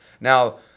Now